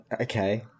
okay